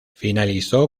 finalizó